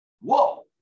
Whoa